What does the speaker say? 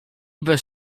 bez